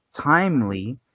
timely